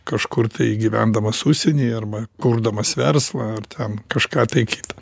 kažkur tai gyvendamas užsienyje arba kurdamas verslą ar ten kažką tai kita